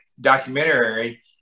documentary